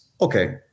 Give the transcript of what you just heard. Okay